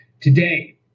today